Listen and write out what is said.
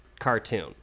Cartoon